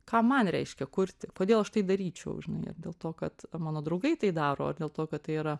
ką man reiškia kurti kodėl aš tai daryčiau vien dėl to kad mano draugai tai daro ar dėl to kad tai yra